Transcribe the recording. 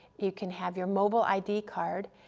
you can have your mobile id card,